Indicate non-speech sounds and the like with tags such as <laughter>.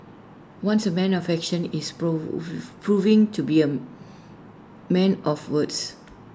once A man of action is prove <unintelligible> proving to be A man of words